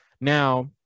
Now